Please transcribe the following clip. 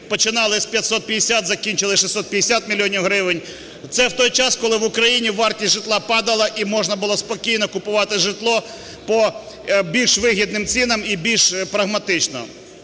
починали з 550, закінчили 650 мільйонів гривень. Це в той час, коли в Україні вартість житла падала, і можна було спокійно купувати житло по більш вигідних цінах і більш прагматично.